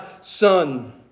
son